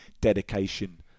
dedication